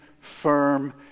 firm